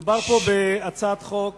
מדובר פה בהצעת חוק